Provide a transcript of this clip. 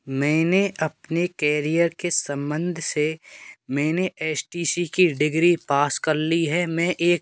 मैंने अपने केरियर के सम्बन्ध से मैंने एस टी सी की डिग्री पास कर ली है मैं एक